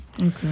Okay